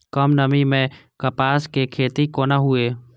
कम नमी मैं कपास के खेती कोना हुऐ?